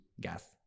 gas